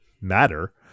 matter